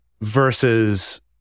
versus